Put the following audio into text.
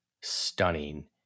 stunning